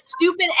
stupid